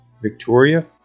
Victoria